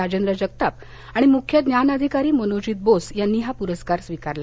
राजेंद्र जगताप आणि मुख्य ज्ञान अधिकारी मनोजित बोस यांनी हा पुरस्कार स्वीकारला